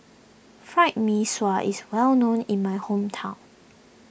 Fried Mee Sua is well known in my hometown